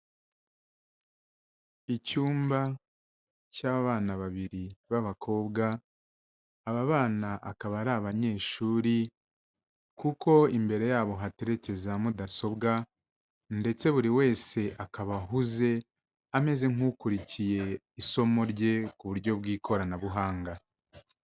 Icyumba cy'abana babiri b'abakobwa, aba bana akaba ari abanyeshuri kuko imbere yabo hateretse za mudasobwa ndetse buri wese akaba ahuze ameze nk'ukurikiye isomo rye ku buryo bw'ikoranabuhanga.